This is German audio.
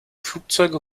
flugzeuge